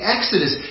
Exodus